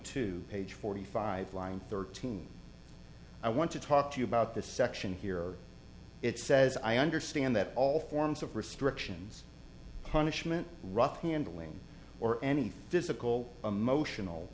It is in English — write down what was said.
two page forty five line thirteen i want to talk to you about this section here it says i understand that all forms of restrictions punishment rough handling or anything physical emotional